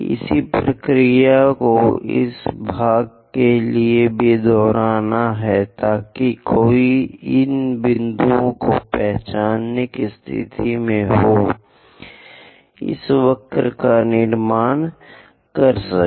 इसी प्रक्रिया को इस भाग के लिए भी दोहराना है ताकि कोई इन बिंदुओं को पहचानने की स्थिति में हो इस वक्र का निर्माण कर सके